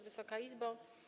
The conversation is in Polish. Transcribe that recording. Wysoka Izbo!